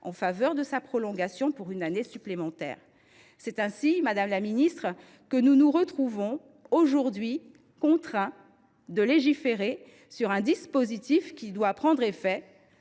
en faveur de sa prolongation pour une année supplémentaire. C’est ainsi, madame la ministre, que nous nous retrouvons, aujourd’hui, contraints de légiférer sur un dispositif qui doit prendre effet